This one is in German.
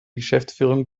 geschäftsführung